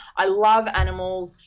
i love animals.